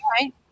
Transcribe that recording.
right